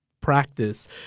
practice